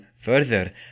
further